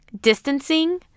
distancing